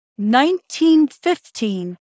1915